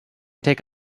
take